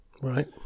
Right